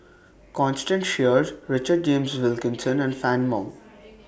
Constance Sheares Richard James Wilkinson and Fann Wong